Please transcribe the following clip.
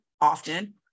often